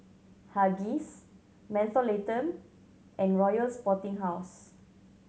Huggies Mentholatum and Royal Sporting House